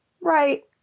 Right